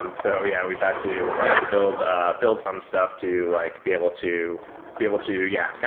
um so yeah, we've had to we had to build ah build some stuff to like be able to be able to yeah,